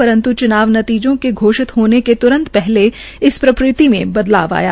परन्त् चुनाव के नतीजों के घोषित होने के त्रंत पहले इस प्रवृति में बदलाव आया